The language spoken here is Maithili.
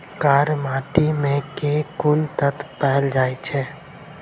कार्य माटि मे केँ कुन तत्व पैल जाय छै?